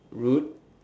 rude